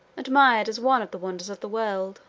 admired as one of the wonders of the world.